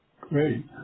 Great